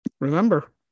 Remember